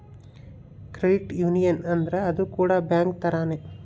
credit union ಅಂದ್ರ ಅದು ಕೂಡ ಬ್ಯಾಂಕ್ ತರಾನೇ